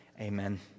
Amen